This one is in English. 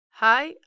Hi